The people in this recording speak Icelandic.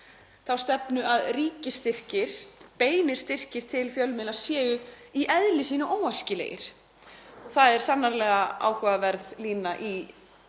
þá stefnu að ríkisstyrkir, beinir styrkir til fjölmiðla, séu í eðli sínu óæskilegir. Það er sannarlega áhugaverð lína í